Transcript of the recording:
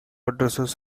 addresses